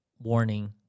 Warning